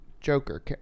Joker